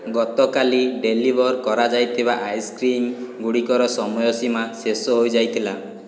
ଗତକାଲି ଡ଼େଲିଭର୍ କରାଯାଇଥିବା ଆଇସ୍କ୍ରିମ୍ଗୁଡ଼ିକର ସମୟ ସୀମା ଶେଷ ହୋଇଯାଇଥିଲା